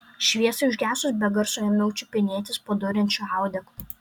šviesai užgesus be garso ėmiau čiupinėtis po duriančiu audeklu